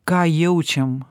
ką jaučiam